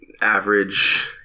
average